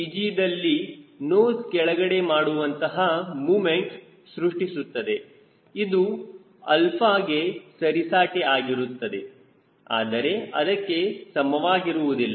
Gದಲ್ಲಿ nose ಕೆಳಗಡೆ ಮಾಡುವಂತಹ moment ಸೃಷ್ಟಿಸುತ್ತದೆ ಅದು ಆಲ್ಫಾಗೆ ಸರಿಸಾಟಿ ಆಗಿರುತ್ತದೆ ಆದರೆ ಅದಕ್ಕೆ ಸಮವಾಗಿರುವುದಿಲ್ಲ